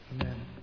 Amen